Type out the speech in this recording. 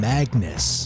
Magnus